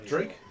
Drink